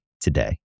today